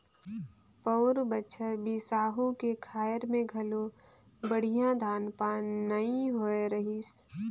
पउर बछर बिसाहू के खायर में घलो बड़िहा धान पान नइ होए रहीस